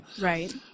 right